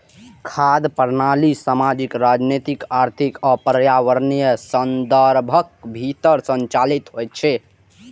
खाद्य प्रणाली सामाजिक, राजनीतिक, आर्थिक आ पर्यावरणीय संदर्भक भीतर संचालित होइ छै